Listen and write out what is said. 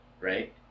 right